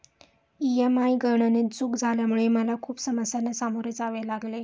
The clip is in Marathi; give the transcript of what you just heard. ई.एम.आय गणनेत चूक झाल्यामुळे मला खूप समस्यांना सामोरे जावे लागले